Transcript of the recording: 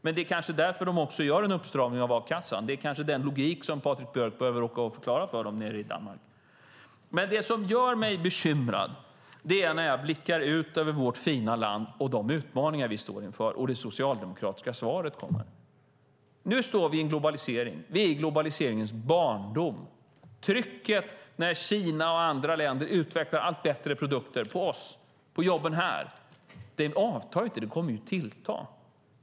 Men det kanske är därför de också gör en uppstramning av a-kassan; det kanske är den logik Patrik Björck behöver åka och förklara för dem nere i Danmark. Det som gör mig bekymrad är dock när jag blickar ut över vårt fina land och de utmaningar vi står inför och det socialdemokratiska svaret kommer. Nu har vi en globalisering. Vi är i globaliseringens barndom. Trycket på oss och jobben här när Kina och andra länder utvecklar allt bättre produkter avtar inte, utan det kommer att tillta.